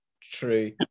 true